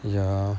ya